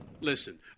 Listen